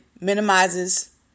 minimizes